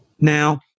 Now